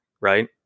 right